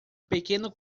pequeno